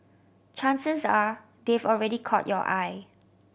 chances are they've already caught your eye